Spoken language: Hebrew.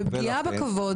פגיעה בכבוד.